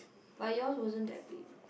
but yours wasn't that big